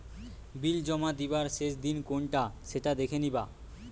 বিল জমা দিবার শেষ দিন কোনটা সেটা দেখে নিবা